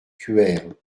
cuers